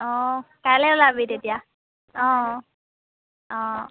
অঁ কাইলৈ ওলাবি তেতিয়া অঁ অঁ